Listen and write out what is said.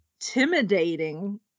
intimidating